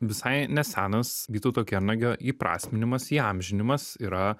visai nesenas vytauto kernagio įprasminimas įamžinimas yra